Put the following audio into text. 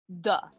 Duh